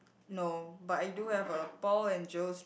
no but I do have a Paul and Joe's